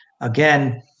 again